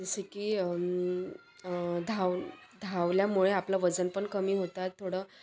जसें की धाव धावल्यामुळे आपलं वजन पण कमी होतात थोडं